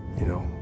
you know?